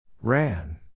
Ran